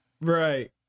right